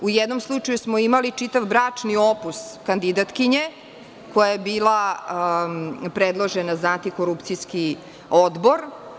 U jednom slučaju smo imali čitav bračni opus kandidatkinje, koja je bila predložena za Antikorupcijski odbor.